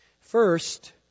First